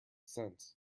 cents